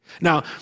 Now